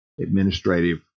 administrative